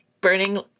burning